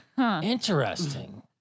Interesting